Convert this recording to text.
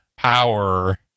power